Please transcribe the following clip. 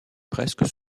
presque